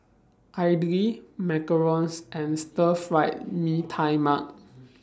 Idly Macarons and Stir Fried Mee Tai Mak